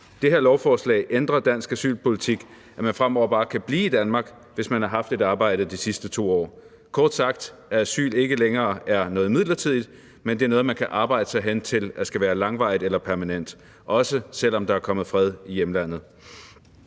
Det her lovforslag ændrer dansk asylpolitik, for fremover kan man bare blive i Danmark, hvis man har haft et arbejde de sidste 2 år. Kort sagt er asyl ikke længere noget midlertidigt, men er noget, man kan arbejde sig hen til skal være langvarigt eller permanent – også selv om der er kommet fred i hjemlandet.